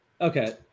Okay